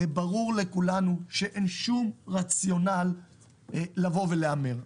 הרי ברור לכולנו, שאין שום רציונל לבוא ולהמר.